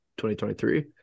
2023